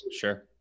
Sure